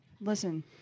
Listen